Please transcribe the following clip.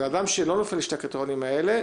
זה אדם שלא נופל לשני הקריטריונים האלה,